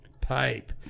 pipe